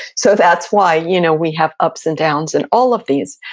so that's why you know we have ups and downs and all of these.